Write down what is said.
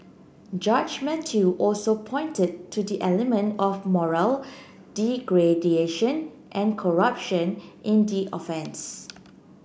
Judge Mathew also pointed to the element of moral degradation and corruption in the offence